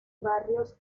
barrios